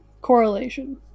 correlation